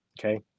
Okay